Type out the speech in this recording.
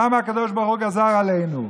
למה הקדוש ברוך הוא גזר עלינו.